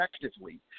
effectively